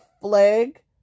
flag